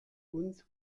uns